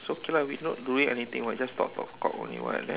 so okay lah we're not doing anything what just talk talk talk only [what] then